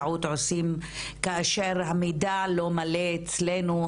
טעות עושים כאשר המידע לא מלא אצלנו,